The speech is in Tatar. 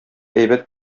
әйбәт